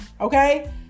okay